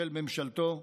של ממשלתו,